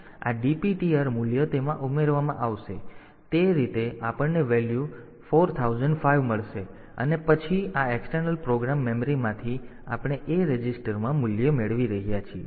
તેથી આ DPTR મૂલ્ય તેમાં ઉમેરવામાં આવશે તેથી તે રીતે આપણને વેલ્યુ 4005 મળશે અને પછી આ એક્સટર્નલ પ્રોગ્રામ મેમરીમાંથી આપણે A રજિસ્ટરમાં મૂલ્ય મેળવી રહ્યા છીએ